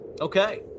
Okay